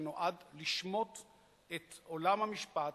שנועד לשמוט את עולם המשפט,